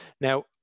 Now